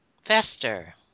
Fester